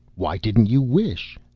why didn't you wish?